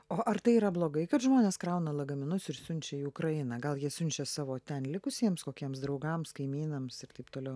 o ar tai yra blogai kad žmonės krauna lagaminus ir siunčia į ukrainą gal jie siunčia savo ten likusiems kokiems draugams kaimynams ir taip toliau